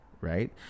right